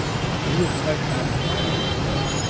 when he was quite satisfied on this point,